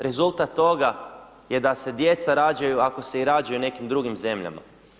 Rezultat toga je da se djeca rađaju, ako se i rađaju, u nekim drugim zemljama.